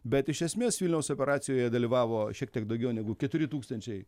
bet iš esmės vilniaus operacijoje dalyvavo šiek tiek daugiau negu keturi tūkstančiai